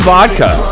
Vodka